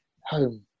home